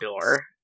door